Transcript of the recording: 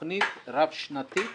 תכנית רב-שנתית